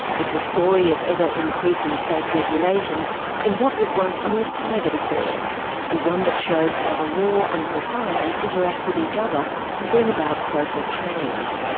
it's a story of ever-increasing state regulation in what was once a more private affair and one that shows how the law and society interact with each other to bring about social change.